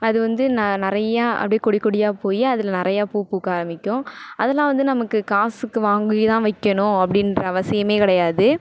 அது வந்து நிறையா அப்படியே கொடி கொடியாக போய் அதில் நிறையா பூ பூக்க ஆரம்பிக்கும் அதெல்லாம் வந்து நமக்கு காசுக்கு வாங்கி தான் வைக்கணும் அப்படின்ற அவசியம் கிடையாது